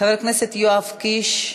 חבר הכנסת יואב קיש,